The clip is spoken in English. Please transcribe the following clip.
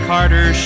Carter